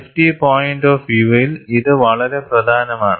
safety point of വ്യൂയിൽ ഇത് വളരെ പ്രധാനമാണ്